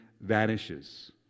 vanishes